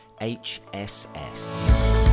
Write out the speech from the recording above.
HSS